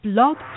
Blog